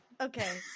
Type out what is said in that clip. okay